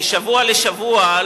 משבוע לשבוע,